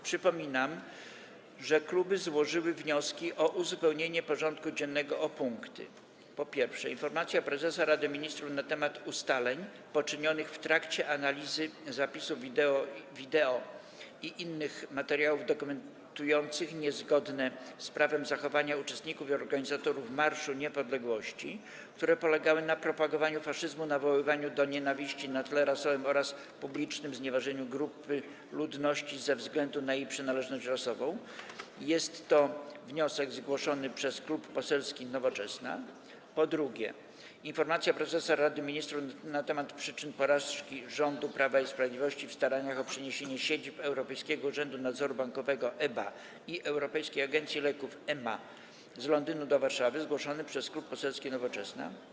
Przypominam, że kluby złożyły wnioski o uzupełnienie porządku dziennego o punkty: - Informacja prezesa Rady Ministrów na temat ustaleń poczynionych w trakcie analizy zapisów wideo i innych materiałów dokumentujących niezgodne z prawem zachowania uczestników i organizatorów Marszu Niepodległości, które polegały na propagowaniu faszyzmu, nawoływaniu do nienawiści na tle rasowym oraz publicznym znieważeniu grupy ludności ze względu na jej przynależność rasową - jest to wniosek zgłoszony przez Klub Poselski Nowoczesna, - Informacja prezesa Rady Ministrów na temat przyczyn porażki rządu Prawa i Sprawiedliwości w staraniach o przeniesienie siedzib Europejskiego Urzędu Nadzoru Bankowego (EBA) i Europejskiej Agencji Leków (EMA) z Londynu do Warszawy - zgłoszony przez Klub Poselski Nowoczesna,